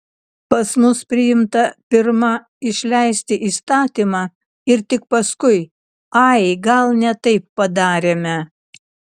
pas mus priimta pirma išleisti įstatymą ir tik paskui ai gal ne taip padarėme